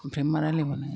ओमफ्राय मा रायज्लायबावनांगौ